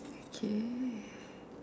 okay